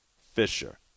Fisher